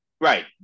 right